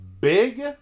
big